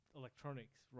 electronics